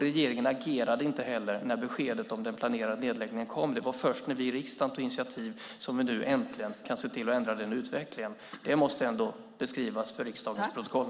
Regeringen agerade inte heller när beskedet om den planerade nedläggningen kom. Det var först när vi i riksdagen tog initiativ som vi nu äntligen kan se till att ändra den utvecklingen. Det måste ändå beskrivas i riksdagens protokoll.